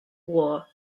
war